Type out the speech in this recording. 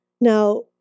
Now